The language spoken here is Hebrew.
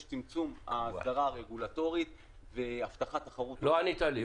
יש צמצום האסדרה הרגולטורית והבטחת תחרות --- לא ענית לי.